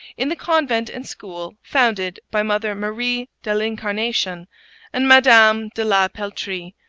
in the convent and school founded by mother marie de l'incarnation and madame de la peltrie,